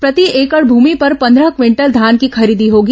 प्रति एकड़ भूमि पर पंदह क्विंटल धान की खरीदी होगी